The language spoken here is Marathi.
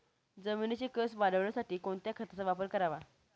जमिनीचा कसं वाढवण्यासाठी कोणत्या खताचा वापर करावा?